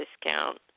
discount